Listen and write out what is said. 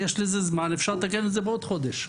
יש לזה זמן; אפשר לתקן את זה בעוד חודש.